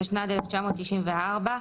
התשנ"ד-1994,